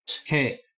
Okay